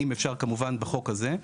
אם אפשר כמובן בחוק הזה,